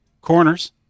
corners